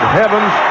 heavens